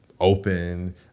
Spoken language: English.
open